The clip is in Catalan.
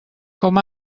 com